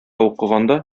укыганда